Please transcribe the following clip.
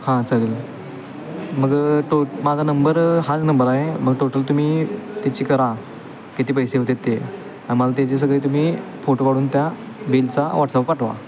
हां चालेल मग टो माझा नंबर हाच नंबर आहे मग टोटल तुम्ही त्याची करा किती पैसे होतात ते आणि मला त्याचे सगळे तुम्ही फोटो काढून त्या बिलचा व्हॉट्सअप पाठवा